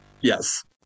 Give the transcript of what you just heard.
Yes